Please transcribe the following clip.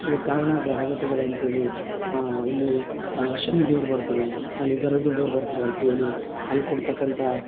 ಇದು ಕಾರಣ ಗ್ರಹಗತಿಗಳೆ ಅಂಥೇಳಿ ಇಲ್ಲಿ ಶನಿ ದೇವ್ರು ಬರ್ತಾನೆ ಅಲ್ಲಿ ಧರೆಗೆ ದೊಡ್ಡವ್ರು ಬರ್ತಾರೆ ಅಂಥೇಳಿ ಅಲ್ಲಿ ಕೊಡತಕ್ಕಂಥ